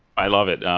i love it.